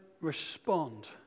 respond